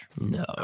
No